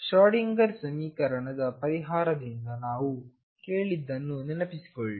Schrodinger ಸಮೀಕರಣದ ಪರಿಹಾರದಿಂದ ನಾವು ಕೇಳಿದ್ದನ್ನು ನೆನಪಿಸಿಕೊಳ್ಳಿ